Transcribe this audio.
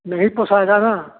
नहीं पोसाएगा न